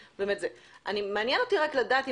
מעניין אותי לדעת,